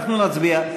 אנחנו נצביע.